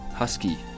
Husky